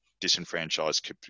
disenfranchised